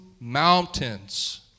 mountains